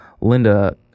Linda